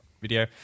video